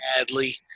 badly